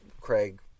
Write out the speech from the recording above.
Craig